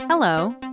Hello